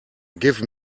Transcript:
give